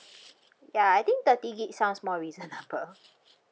ya I think thirty gigabyte sounds more reasonable